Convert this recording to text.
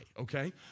okay